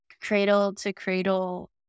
cradle-to-cradle